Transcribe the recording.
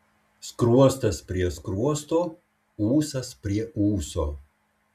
skruostas prie skruosto ūsas prie ūso